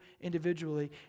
individually